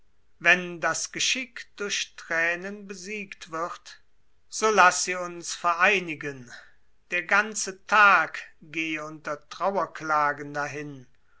wenn das geschick durch thränen besiegt wird so laß sie uns vereinigten der ganze tag gehe unter trauerklagen dahin